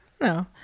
no